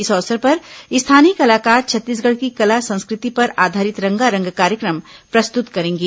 इस अवसर पर स्थानीय कलाकार छत्तीसगढ़ की कला संस्कृति पर आधारित रंगारंग कार्यक्रम प्रस्तुत करेंगे